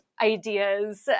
ideas